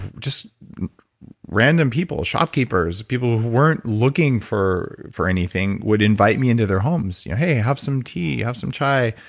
ah just random people shopkeepers, people who weren't looking for for anything would invite me into their homes. you know hey, have some tea, have some chai.